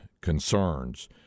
concerns